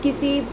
किसी